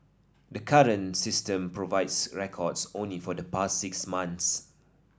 the current system provides records only for the past six months